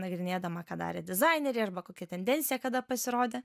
nagrinėdama ką darė dizaineriai arba kokia tendencija kada pasirodė